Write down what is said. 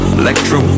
electro